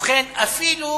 ובכן, אפילו